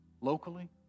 locally